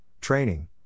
training